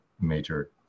major